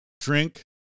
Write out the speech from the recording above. drink